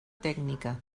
tècnica